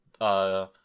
Uh-